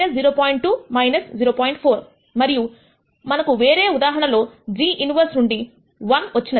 4 మరియు మనకు వేరే ఉదాహరణ లో g ఇన్వెర్స్ నుండి 1 వచ్చినది